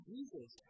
Jesus